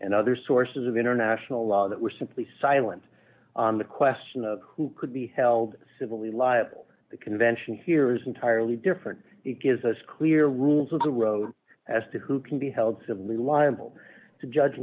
and other sources of international law that were simply silent on the question of who could be held civilly liable the convention here is entirely different it gives us clear rules as to who can be held civilly liable to judge